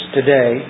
today